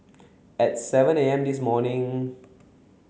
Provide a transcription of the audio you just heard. at seven A M this morning